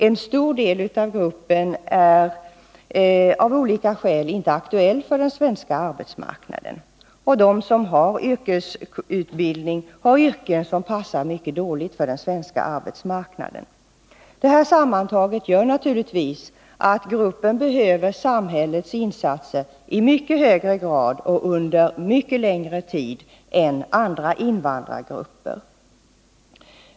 En stor del av gruppen är av olika skäl inte aktuell för arbetslivet i vårt land, och de som har yrkesutbildning har yrken som passar mycket dåligt för den svenska arbetsmarknaden. Detta sammantaget gör naturligtvis att gruppen behöver samhällets insatser i mycket högre grad och under mycket längre tid än andra invandrargrupper.